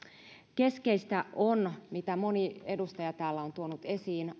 keskeistä on minkä moni edustaja täällä on tuonut esiin